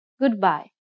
goodbye